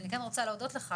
אני כן רוצה להודות לך,